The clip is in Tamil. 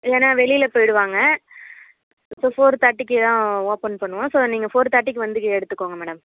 இல்லைன்னா வெளியில போயிவிடுவாங்க ஸோ ஃபோர் தேர்டிக்கு தான் ஓப்பன் பண்ணுவோம் ஸோ நீங்கள் ஃபோர் தேர்டிக்கு வந்து எடுத்துக்கோங்க மேடம்